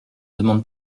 demande